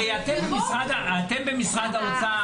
הרי אתם במשרד האוצר,